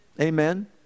Amen